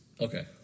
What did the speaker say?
okay